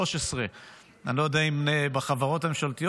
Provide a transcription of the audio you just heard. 13. אני לא יודע אם בחברות הממשלתיות,